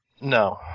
No